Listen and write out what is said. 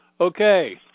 okay